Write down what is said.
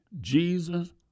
Jesus